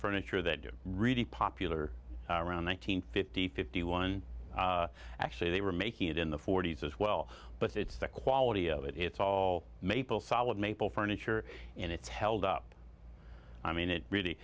furniture that do really popular around one nine hundred fifty fifty one actually they were making it in the forty's as well but it's the quality of it it's all maple solid maple furniture and it's held up i mean it really